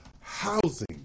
Housing